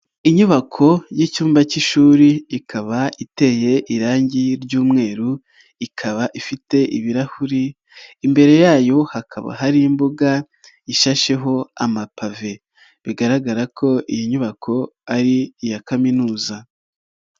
Inyubako y'icyumba cy'ishuri ikaba iteye irangi ry'umweru, ikaba ifite ibirahuri, imbere yayo hakaba hari imbuga ishasheho amapave bigaragara ko iyi nyubako ari iya kaminuza.